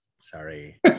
Sorry